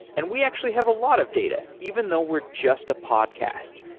and we actually have a lot of data even though we're just a podcast.